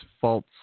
false